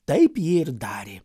taip ji ir darė